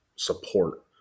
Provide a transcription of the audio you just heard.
Support